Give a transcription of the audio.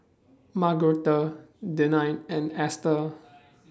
Margaretta Denine and Ester